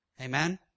Amen